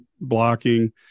blocking